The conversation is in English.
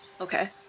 Okay